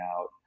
out